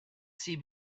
see